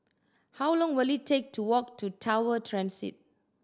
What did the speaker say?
how long will it take to walk to Tower Transit